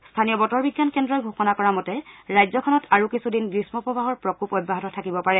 স্থনীয় বতৰ বিজ্ঞান কেন্দ্ৰই ঘোষণা কৰা মতে ৰাজ্যখনত আৰু কিছুদিন গ্ৰীমপ্ৰৱাহৰ প্ৰকোপ অব্যাহত থাকিব পাৰে